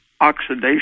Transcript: oxidation